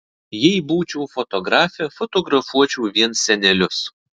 jei būčiau fotografė fotografuočiau vien senelius